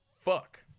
Fuck